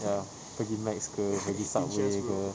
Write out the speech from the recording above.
ya pergi mac ke pergi subway ke